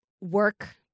work